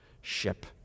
ship